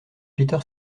peter